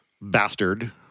bastard